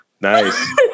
nice